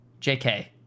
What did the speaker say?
JK